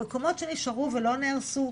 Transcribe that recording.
המקומות שנשארו ולא נהרסו,